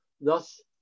thus